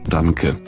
Danke